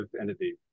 entity